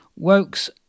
wokes